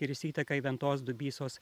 ir jis įteka į ventos dubysos